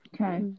Okay